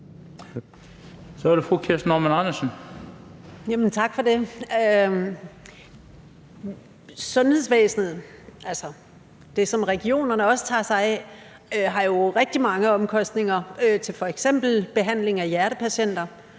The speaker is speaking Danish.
Kl. 18:50 Kirsten Normann Andersen (SF): Tak for det. Sundhedsvæsenet, altså det, som regionerne også tager sig af, har jo rigtig mange omkostninger til f.eks. behandling af hjertepatienter.